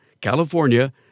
California